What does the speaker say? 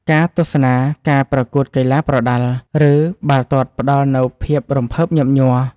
ការទស្សនាការប្រកួតកីឡាប្រដាល់ ឬបាល់ទាត់ផ្ដល់នូវភាពរំភើបញាប់ញ័រ។